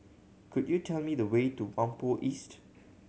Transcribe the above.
could you tell me the way to Whampoa East